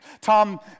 Tom